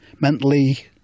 mentally